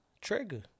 Trigger